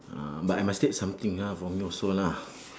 uh but I must take something lah for me also lah